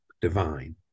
divine